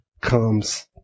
comes